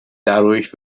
dadurch